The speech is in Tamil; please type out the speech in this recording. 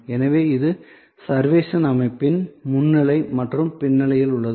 எனவே இது சர்வேஷன் அமைப்பின் முன் நிலை மற்றும் பின் நிலையில் உள்ளது